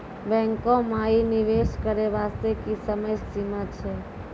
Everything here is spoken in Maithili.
बैंको माई निवेश करे बास्ते की समय सीमा छै?